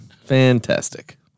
Fantastic